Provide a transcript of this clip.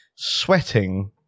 sweating